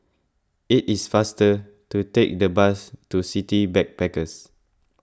it is faster to take the bus to City Backpackers